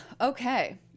okay